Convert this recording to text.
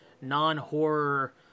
non-horror